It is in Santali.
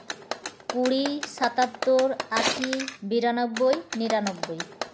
ᱠᱩᱲᱤ ᱥᱟᱛᱟᱛᱛᱳᱨ ᱟᱹᱥᱤ ᱵᱤᱨᱟᱱᱚᱵᱽᱵᱳᱭ ᱱᱤᱨᱟᱱᱳᱵᱽᱵᱳᱭ